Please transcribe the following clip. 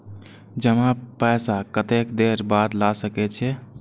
जमा पैसा कतेक देर बाद ला सके छी?